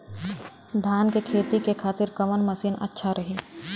धान के खेती के खातिर कवन मशीन अच्छा रही?